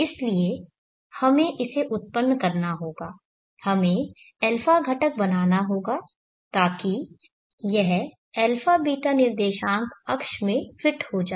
इसलिए हमें इसे उत्पन्न करना होगा हमें α घटक बनाना होगा ताकि यह αβ निर्देशांक अक्ष में फिट हो जाए